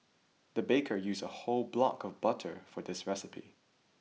the baker used a whole block of butter for this recipe